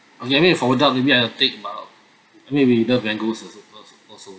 okay I mean for adult maybe I'll take about maybe they'll love mangoes also also